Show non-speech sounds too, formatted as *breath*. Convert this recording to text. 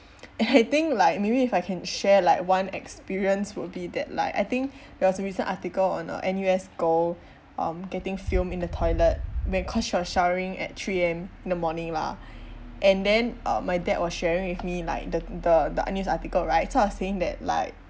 *laughs* and I think like maybe if I can share like one experience will be that like I think *breath* there was a recent article on a NUS girl um getting filmed in the toilet when cause she was showering at three AM in the morning lah *breath* and then uh my dad was sharing with me like the the the uh news article right so I was saying like